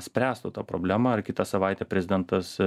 spręstų tą problemą ir kitą savaitę prezidentas